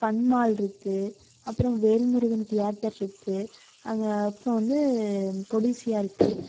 fun மால்ருக்குது அப்பறம் Velmurugan theatre இருக்குது அங்கே அப்றோம் வந்து கொடிசியாருக்குது